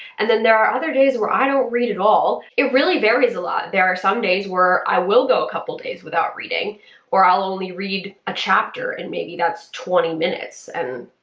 and then there are other days where i don't read at all. it really varies a lot. there are some days where i will go a couple days without reading or i'll only read a chapter and maybe that's twenty minutes and,